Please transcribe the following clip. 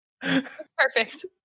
Perfect